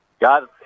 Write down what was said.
Got